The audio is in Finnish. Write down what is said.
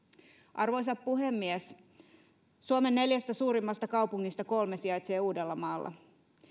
arvoisa puhemies suomen neljästä suurimmasta kaupungista kolme sijaitsee uudellamaalla